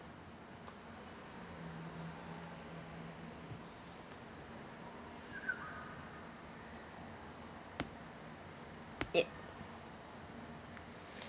yup